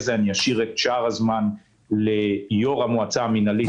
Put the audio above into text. כן אשאיר את שאר הזמן ליושב-ראש המועצה המינהלית,